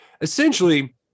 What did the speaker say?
Essentially